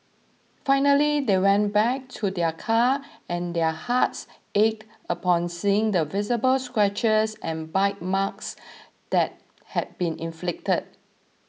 finally they went back to their car and their hearts ached upon seeing the visible scratches and bite marks that had been inflicted